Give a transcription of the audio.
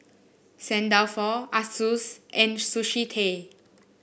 Saint Dalfour Asus and Sushi Tei